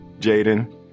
Jaden